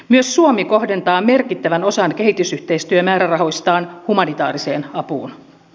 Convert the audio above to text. myös suomi kohdentaa merkittävän osan kehitysyhteistyömäärärahoistaan humanitaariseen apuun